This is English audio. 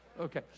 Okay